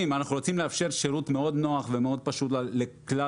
אנחנו רוצים לאפשר שירות מאוד נוח ומאוד פשוט לכלל